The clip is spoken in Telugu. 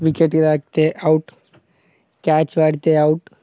వికెట్కి తాకితే అవుట్ క్యాచ్ పడితే అవుట్